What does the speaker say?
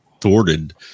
thwarted